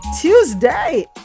Tuesday